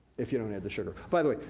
if you don't add the sugar. by the way,